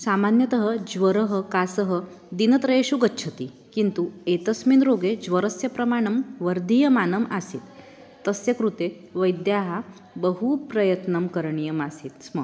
सामान्यतः ज्वरः कासः दिनत्रये गच्छति किन्तु एतस्मिन् रोगे ज्वरस्य प्रमाणं वर्धमानम् आसीत् तस्य कृते वैद्यैः बहु प्रयत्नं करणीयमासीत् स्म